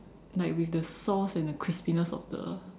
like with the sauce and the crispiness of the